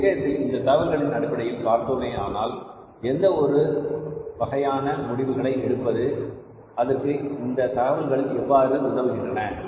இந்த விஷயத்தில் இந்த தகவல்களின் அடிப்படையில் பார்த்தோமென்றால் எந்த வகையான முடிவுகளை எடுப்பது அதற்கு இந்த தகவல்கள் எவ்வாறு உதவுகின்றன